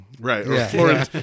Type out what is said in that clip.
right